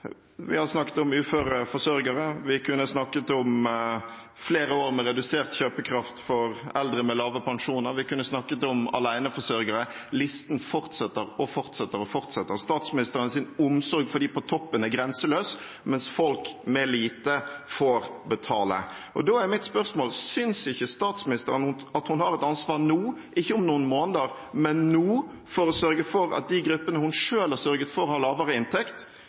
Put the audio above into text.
Vi har snakket om uføre forsørgere, vi kunne snakket om flere år med redusert kjøpekraft for eldre med lave pensjoner, vi kunne snakket om aleneforsørgere – listen fortsetter og fortsetter. Statsministerens omsorg for dem på toppen er grenseløs, mens folk med lite får betale. Da er mitt spørsmål: Synes ikke statsministeren at hun har et ansvar nå – ikke om noen måneder, men nå – for å sørge for at de gruppene hun selv har sørget for at har lavere inntekt,